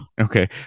Okay